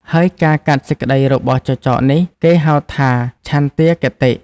ហើយការកាត់សេចក្តីរបស់ចចកនេះ គេហៅថា ឆន្ទាគតិ។